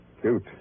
Cute